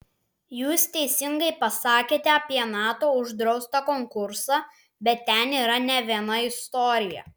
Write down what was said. jūs teisingai pasakėte apie nato uždraustą konkursą bet ten yra ne viena istorija